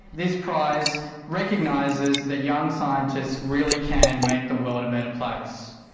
this prize recognises that young scientists really can make the world a better place.